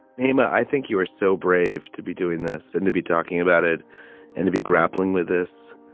namma, i think you are so brave to be doing this and to be talking about it and to be grappling with this,